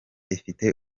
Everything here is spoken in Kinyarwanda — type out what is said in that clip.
ifite